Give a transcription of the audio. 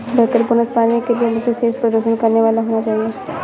banker bonus पाने के लिए मुझे शीर्ष प्रदर्शन करने वाला होना चाहिए